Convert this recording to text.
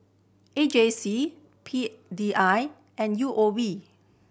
A J C P D I and U O B